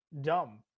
dumb